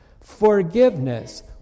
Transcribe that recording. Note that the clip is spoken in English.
forgiveness